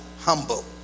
humble